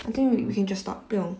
I think we can just stop 不用